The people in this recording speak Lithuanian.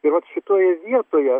ir vat šitoje vietoje